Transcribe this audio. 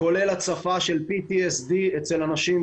כולל הצפה של PTSD אצל אנשים.